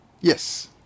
Yes